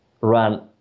run